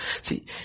see